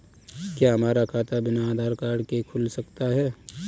क्या हमारा खाता बिना आधार कार्ड के खुल सकता है?